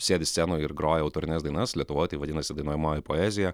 sėdi scenoj ir groja autorines dainas lietuvoj tai vadinasi dainuojamoji poezija